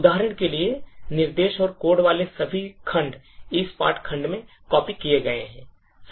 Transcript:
उदाहरण के लिए निर्देश और कोड वाले सभी खंड इस पाठ खंड में copy किए गए हैं